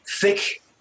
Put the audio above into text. thick